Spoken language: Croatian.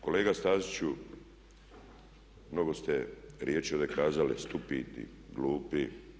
Kolega Staziću mnogo ste riječi ovdje kazali stupid, glupi.